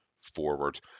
forward